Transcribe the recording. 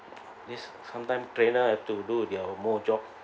this sometime trainer to do their more job